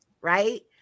right